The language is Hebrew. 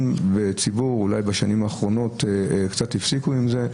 אולי בשנים האחרונות קצת הפסיקו עם זה,